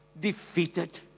Defeated